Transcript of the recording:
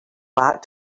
back